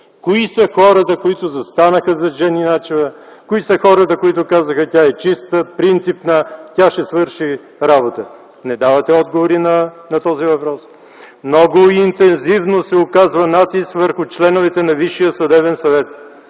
Кои са хората, които застанаха зад Жени Начева? Кои са хората, които казаха: тя е чиста, принципна, тя ще свърши работа? Не давате отговори на този въпрос. Много интензивно се оказва натиск върху членовете на Висшия съдебен съвет: